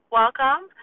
welcome